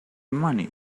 money